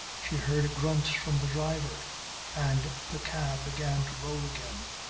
she heard a grunt from the driver and the cab began to roll again.